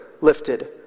lifted